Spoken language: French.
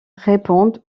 réponde